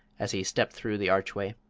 as he stepped through the archway.